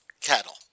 cattle